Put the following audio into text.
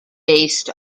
based